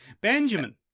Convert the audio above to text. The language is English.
Benjamin